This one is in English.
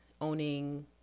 Owning